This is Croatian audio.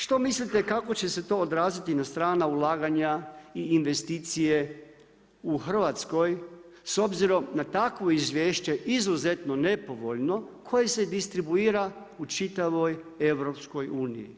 Što mislite kako će se to odraziti na strana ulaganja i investicije u Hrvatskoj s obzirom na takvo izuzetno nepovoljno koje se distribuira u čitavoj EU?